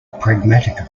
pragmatic